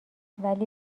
ولی